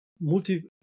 multi